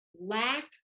lack